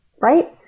Right